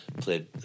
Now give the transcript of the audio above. played